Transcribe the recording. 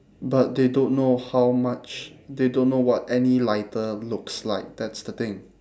but they don't know how much they don't know what any lighter looks like that's the thing